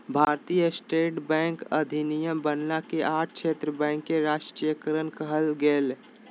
भारतीय state bank अधिनियम बनना के आठ क्षेत्र बैंक के राष्ट्रीयकरण कइल गेलय